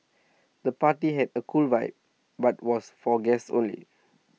the party had A cool vibe but was for guests only